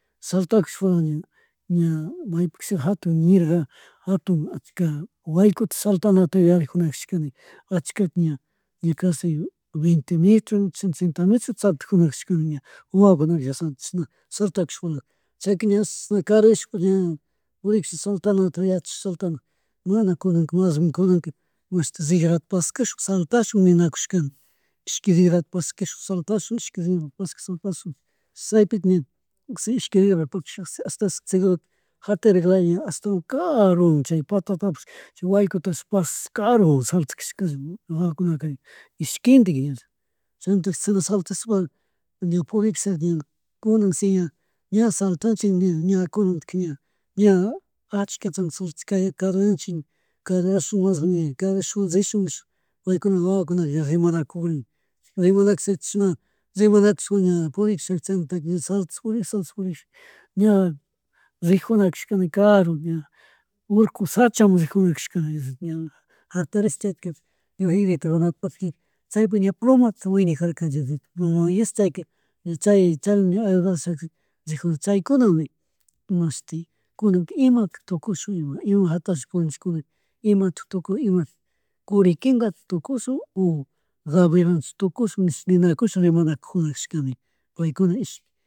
Saltaiushpala ña, ña maypi casha jatun mirga jatun hachakata waykuta shatanata yuyarijunashka nin allka ña, ña casi vente metros, trenta mentro saltajunacashka ña, wawakuna dios santo chushna saltajushpala chaslatkuspakala chayka ña ashta caruyashpa ña purikushpa saltanata yachashkata saltanata mana kuna, mas bien kunaka mashti rigrata pashkash saltashun ninakushkanin ishkui rigrata pashkash saltashun ishki grita pashkashun, apashuk chaypi ña ashtawanpish segurota jatariklaya ashtawan karumun chay patatapish, chay waykutapish pashash karumun saltashkallama wawakuna ishkindik chaymuntaka saltashkapa ña purikushpa kunanshi ña ña saltantich ña, ña kunantika ña, allshkatami saltankanchik, karuyanchik kayurahun mas ña kayurashpa rishun nishpa paykuna yayakuna ña rimanakun chika rimanakuchka rimanachishpa ña purikushka chaymuntaka ña slatash purikusha purikusha ña rijunashkashka ña karumun ña urku shachamun rijunakashkani, ña jatashis chaytikarish chaypi ña pluta wiñajarka diosito, mana uayashka chayka, chay, chal ayudashaka rijuna chyakunawan nin imashuti kunanka imatak tukushun ima, ima punlllakunaka ima tik tukun imataik kurikingata tukushun o gavilachu tukushun nish ninakush rimamanajunakashana paykuna ishki